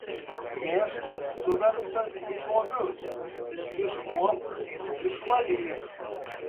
mėšlas suverstas į lovius iškuopk išvalyk